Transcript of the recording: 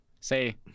say